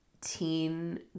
teen